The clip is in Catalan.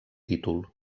títol